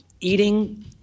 eating